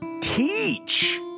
teach